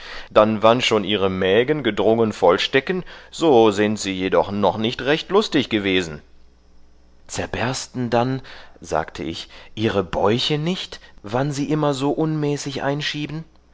dann wann schon ihre mägen gedrungen voll stecken so sind sie jedoch noch nicht recht lustig gewesen zerbersten dann sagte ich ihre bäuche nicht wann sie immer so unmäßig einschieben